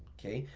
okay?